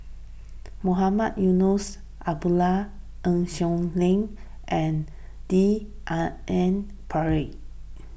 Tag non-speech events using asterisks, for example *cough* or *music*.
Mohamed Eunos Abdullah Eng Siak *unintelligible* and D R N Pritt